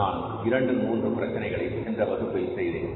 நான் 2 3 பிரச்சனைகளை சென்ற வகுப்பில் செய்தேன்